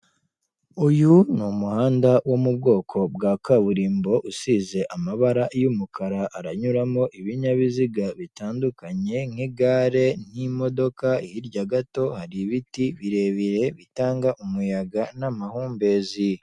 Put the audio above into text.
Uyu ni umuhanda wo mu bwoko bwa kaburimbo usize amabara y'umukara aranyuramo ibinyabiziga bitandukanye nk'igare n'imodoka, hirya gato hari ibiti birebire bitanga umuyaga n'amahumbezi.